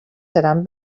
seran